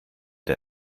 der